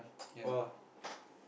ya